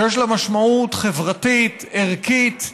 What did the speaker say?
שיש לה משמעות חברתית, ערכית,